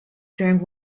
during